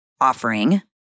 offering